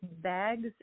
bags